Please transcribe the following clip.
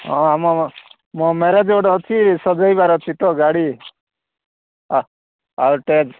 ହଁ ଆମ ମୋ ମ୍ୟାରେଜ୍ ଗୋଟେ ଅଛି ସଜାଇବାର ଅଛି ତ ଗାଡ଼ି ଆଉ ଷ୍ଟେଜ୍